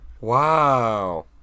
Wow